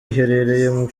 iherereye